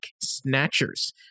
snatchers